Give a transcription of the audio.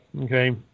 Okay